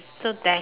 so that